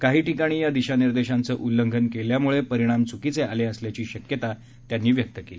काही ठिकाणी या दिशानिर्देशांचं उल्लंघन घाल्यामुळे परिणाम चुकीचे आले असल्याची शक्यता त्यांनी व्यक्त केली